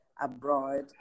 abroad